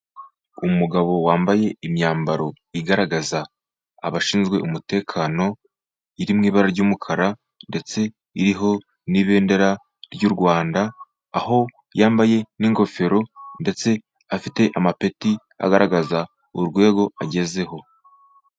Umugabo wambaye imyambaro igaragaza abashinzwe umutekano, iri mu ibara ry'umukara ndetse iriho n'ibendera ry'u Rwanda, aho yambaye n'ingofero ndetse afite amapeti agaragaza urwego agezeho.